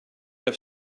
have